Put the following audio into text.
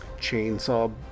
chainsaw